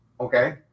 Okay